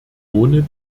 ohne